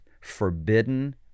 forbidden